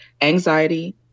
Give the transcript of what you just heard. anxiety